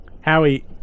Howie